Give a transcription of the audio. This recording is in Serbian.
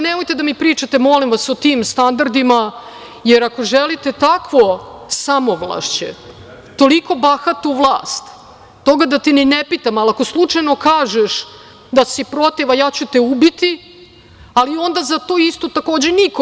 Nemojte da mi pričate, molim vas, o tim standardima, jer ako želite takvo samovlašće, toliko bahatu vlast, od toga da te ni ne pitam, jer ako slučajno kažeš da si protiv, ja ću te ubiti, ali onda za to isto, takođe, niko…